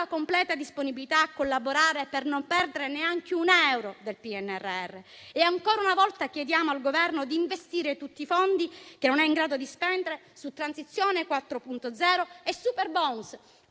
completa disponibilità a collaborare per non perdere neanche un euro del PNRR. Ancora una volta chiediamo al Governo di investire tutti i fondi che non è in grado di spendere su Transizione 4.0 e superbonus;